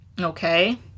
okay